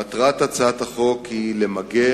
מטרת הצעת החוק היא למגר,